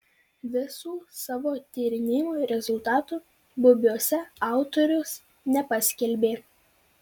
visų savo tyrinėjimų rezultatų bubiuose autorius nepaskelbė